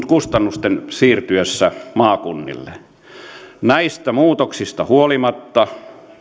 kustannusten siirtyessä maakunnille näistä muutoksista huolimatta